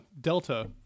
Delta